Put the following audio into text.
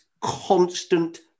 constant